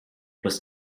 was